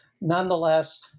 Nonetheless